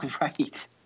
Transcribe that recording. Right